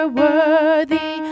worthy